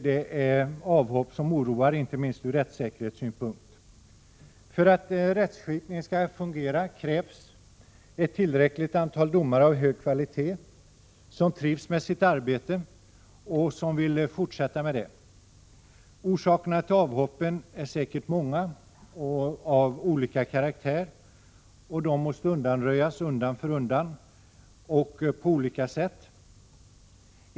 Det är avhopp som oroar inte minst ur rättssäkerhetssynpunkt. För att rättsskipningen skall fungera krävs ett tillräckligt antal domare av hög kvalitet som trivs med sitt arbete och som vill fortsätta med detta. Orsakerna till avhoppen är säkert många och av olika karaktär, och de måste undanröjas undan för undan och på skilda sätt.